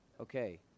Okay